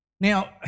Now